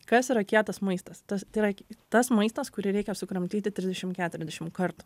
kas yra kietas maistas tas tai yra tas maistas kurį reikia sukramtyti trisdešim keturiasdešim kartų